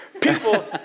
People